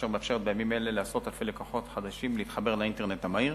ומאפשר בימים אלה לעשרות אלפי לקוחות חדשים להתחבר לאינטרנט המהיר,